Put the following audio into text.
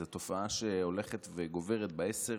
זו תופעה שהולכת וגוברת בעשר